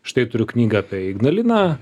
štai turiu knygą apie ignaliną